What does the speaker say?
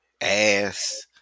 ass